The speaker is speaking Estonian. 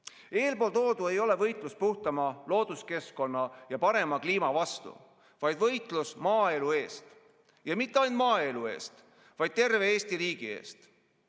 Eeltoodu ei ole võitlus puhtama looduskeskkonna ja parema kliima vastu, vaid võitlus maaelu eest, ja mitte ainult maaelu, vaid terve Eesti riigi eest.